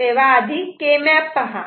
आधी के मॅप पहा